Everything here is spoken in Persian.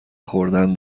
خوردن